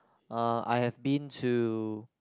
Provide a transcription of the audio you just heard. uh I have been to